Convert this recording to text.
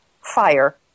fire